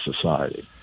society